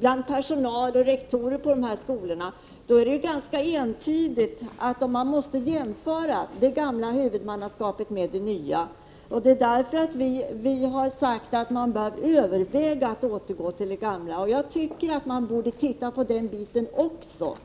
bland rektorer och övrig personal på de här skolorna, finner man att det är ganska entydigt att man måste jämföra det gamla huvudmannaskapet med det nya. Det är därför vi har sagt att man bör överväga att återgå till det gamla. Jag tycker att man borde se över den delen också.